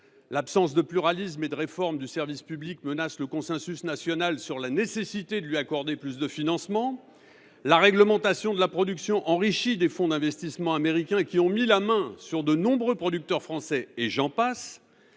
L’absence de pluralisme et de réforme du service public menace le consensus national sur la nécessité de lui accorder plus de financements. La réglementation de la production enrichit des fonds d’investissement américains, qui ont mis la main sur de nombreux producteurs français ; et j’en passe…